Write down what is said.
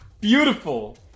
Beautiful